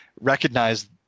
recognize